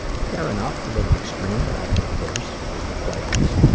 fair enough, a little extreme, but i've heard worse, it was the playoffs.